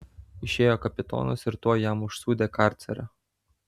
išėjo kapitonas ir tuoj jam užsūdė karcerio